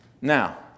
Now